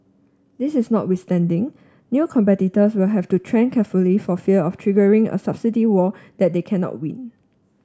this is notwithstanding new competitors will have to tread carefully for fear of triggering a subsidy war that they cannot win